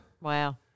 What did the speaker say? Wow